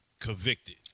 Convicted